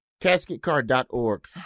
Casketcar.org